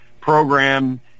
program